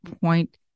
point